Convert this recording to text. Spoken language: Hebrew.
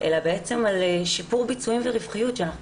אלא בעצם על שיפור ביצועים ורווחיות שאנחנו